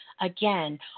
again